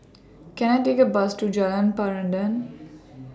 Can I Take A Bus to Jalan Peradun